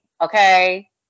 okay